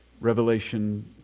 Revelation